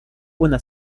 una